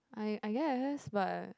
I I guess but